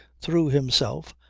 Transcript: threw himself,